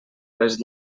les